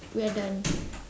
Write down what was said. we are done